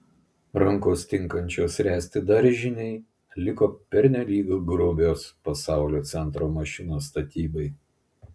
rankos tinkančios ręsti daržinei liko pernelyg grubios pasaulio centro mašinos statybai